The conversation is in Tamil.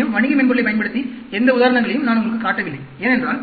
அதேசமயம் வணிக மென்பொருளைப் பயன்படுத்தி எந்த உதாரணங்களையும் நான் உங்களுக்குக் காட்டவில்லை ஏனென்றால்